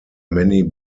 many